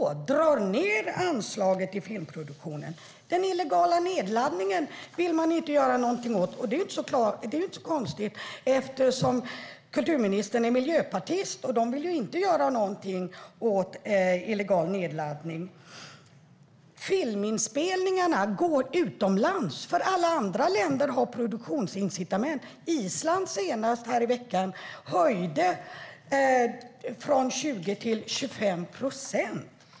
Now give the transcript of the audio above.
Jo, man drar ned anslaget till filmproduktionen. Den illegala nedladdningen vill man inte göra något åt. Det är inte så konstigt eftersom kulturministern är miljöpartist - de vill ju inte göra något åt illegal nedladdning. Filminspelningarna går utomlands därför att alla andra länder har produktionsincitament. Senast nu i veckan genomförde Island en höjning från 20 till 25 procent.